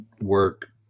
work